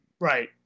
Right